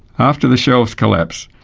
after the shelves collapse,